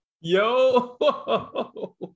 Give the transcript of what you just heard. yo